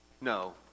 No